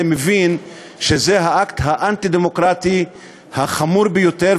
מבין שזה האקט האנטי-דמוקרטי החמור ביותר,